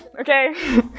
okay